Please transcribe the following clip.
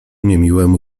niemiłemu